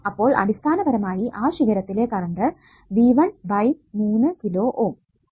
അപ്പോൾ അടിസ്ഥാനപരമായി ആ ശിഖരത്തിലെ കറണ്ട് V1 3 കിലോ ഓം